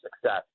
success